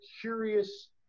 curious